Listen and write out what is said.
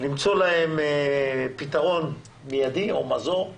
למצוא להן פתרון מיידי או מזור.